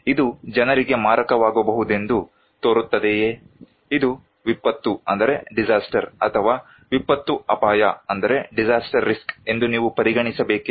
ಇದು ಜನರಿಗೆ ಮಾರಕವಾಗಬಹುದೆಂದು ತೋರುತ್ತದೆಯೇ ಇದು ವಿಪತ್ತು ಅಥವಾ ವಿಪತ್ತು ಅಪಾಯ ಎಂದು ನೀವು ಪರಿಗಣಿಸಬೇಕೇ